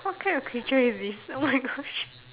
what kind of creature is this oh my gosh